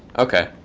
ok,